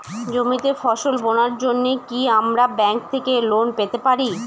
জমিতে ফসল বোনার জন্য কি আমরা ব্যঙ্ক থেকে লোন পেতে পারি?